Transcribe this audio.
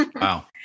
Wow